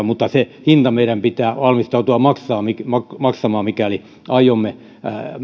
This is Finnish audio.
mutta se hinta meidän pitää valmistautua maksamaan mikäli aiomme